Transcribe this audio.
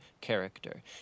character